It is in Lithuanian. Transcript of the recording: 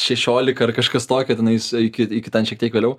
šešiolika ar kažkas tokio tenais iki iki ten šiek tiek vėliau